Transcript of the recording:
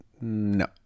No